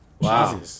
Wow